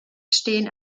stehen